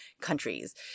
countries